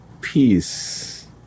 peace